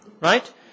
Right